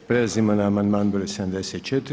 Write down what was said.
Prelazimo na amandman br. 74.